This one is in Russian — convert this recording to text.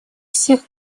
всех